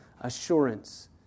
assurance